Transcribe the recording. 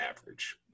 average